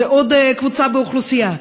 זו עוד קבוצה באוכלוסייה,